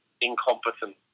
incompetent